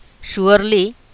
surely